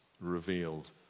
revealed